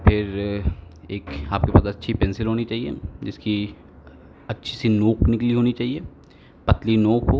फिर एक आपके पास अच्छी पेन्सिल होनी चाहिए जिसकी अच्छी सी नोक निकली होनी चाहिए अपनी नोक निकली होनी चाहिए अपनी नोक को